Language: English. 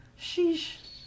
sheesh